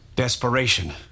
Desperation